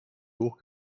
hoch